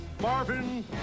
Marvin